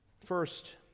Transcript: First